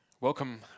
Welcome